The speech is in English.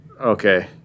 Okay